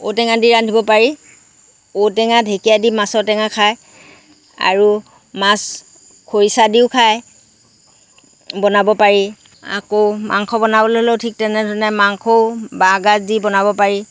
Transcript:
ঔটেঙা দি ৰান্ধিব পাৰি ঔটেঙা ঢেকীয়া দি মাছৰ টেঙা খায় আৰু মাছ খৰিচা দিও খায় বনাব পাৰি আকৌ মাংস বনাবলৈ হ'লেও ঠিক তেনেধৰণে মাংসও বাঁহগাজ দি বনাব পাৰি